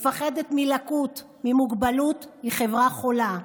מפחדת מלקות, ממוגבלות, היא חברה חולה.